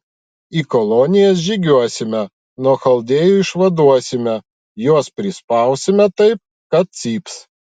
į kolonijas žygiuosime nuo chaldėjų išvaduosime juos prispausime taip kad cyps